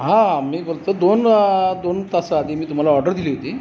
हां मी बोलतो दोन दोन तासाआधी मी तुम्हाला ऑर्डर दिली होती